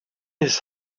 his